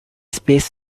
space